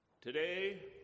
Today